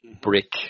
brick